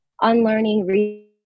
Unlearning